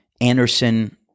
Anderson